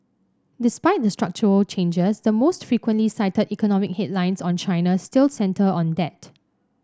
despite the structural changes the most frequently cited economic headlines on China still centre on debt